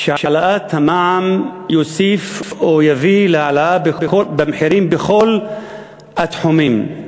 שהעלאת המע"מ תוסיף או תביא להעלאה במחירים בכל התחומים,